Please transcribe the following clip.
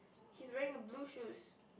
he's wearing blue shoes